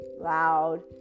loud